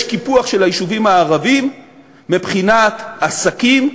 יש קיפוח של היישובים הערביים מבחינת עסקים,